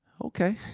Okay